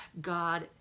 God